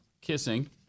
kissing